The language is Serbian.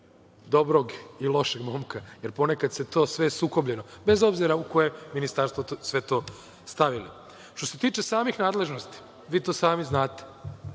dobrog i lošeg momka, jer ponekad je to sve sukobljeno, bez obzira u koje ministarstvo to sve stavili. Što se tiče samih nadležnosti, vi to sami znate,